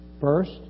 first